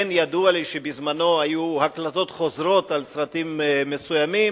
כן ידוע לי שבזמנו היו הקלטות חוזרות על סרטים מסוימים.